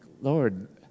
Lord